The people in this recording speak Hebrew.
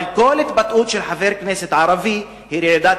אבל כל התבטאות של חבר כנסת ערבי היא רעידת